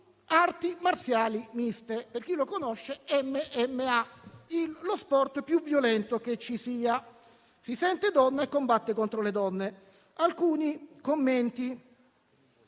arti marziali miste (MMA per chi lo conosce), lo sport più violento che ci sia; si sente donna e combatte contro le donne. Alcuni commenti: